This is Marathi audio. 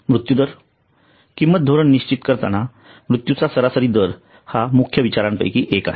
मृत्यूदर किंमत धोरण निश्चित करताना मृत्युचा सरासरी दर हा मुख्य विचारांपैकी एक आहे